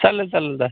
चालेल चालेल दा